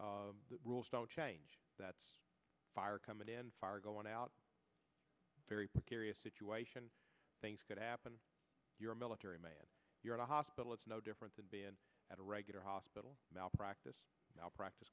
the rules don't change that fire come in and fire going out very precarious situation things could happen you're a military man you're in a hospital it's no different than being at a regular hospital malpractise malpracti